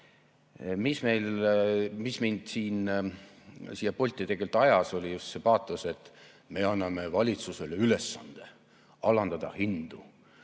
tõsiselt. Mis mind siia pulti tegelikult ajas, oli just see paatos, et me anname valitsusele ülesande alandada hindu.